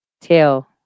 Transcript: tail